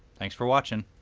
thanks for watching.